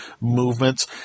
movements